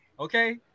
Okay